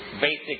basic